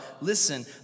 listen